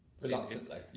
Reluctantly